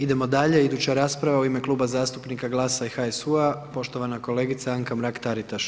Idemo dalje, iduća rasprava u ime Kluba zastupnika GLAS-a i HSU-a poštovana kolegica Anka Mrak-TAritaš.